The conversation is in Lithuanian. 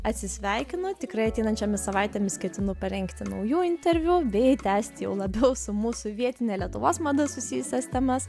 atsisveikinu tikrai ateinančiomis savaitėmis ketinu parengti naujų interviu bei tęsti jau labiau su mūsų vietine lietuvos mada susijusias temas